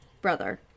brother